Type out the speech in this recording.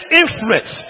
influence